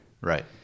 Right